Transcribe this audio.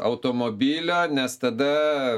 automobilio nes tada